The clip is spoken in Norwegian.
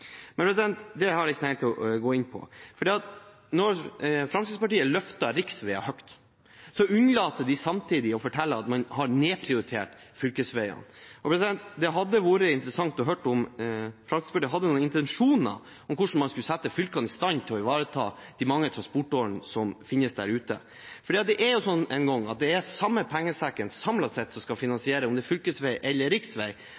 Men det har jeg ikke tenkt å gå inn på. Når Fremskrittspartiet løfter riksveiene høyt, unnlater de samtidig å fortelle at man har nedprioritert fylkesveiene. Det hadde vært interessant å høre om Fremskrittspartiet har noen intensjoner for hvordan man skal sette fylkene i stand til å ivareta de mange transportårene som finnes der ute. Det er nå engang slik at det er den samme pengesekken som samlet sett skal finansiere dette, enten det er